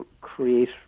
create